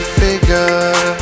figure